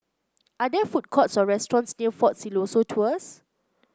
are there food courts or restaurants near Fort Siloso Tours